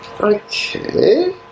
Okay